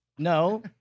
No